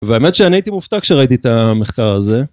והאמת שאני הייתי מופתע כשראיתי את המחקר הזה